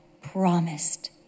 promised